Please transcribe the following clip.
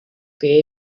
que